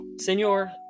senor